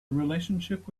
relationship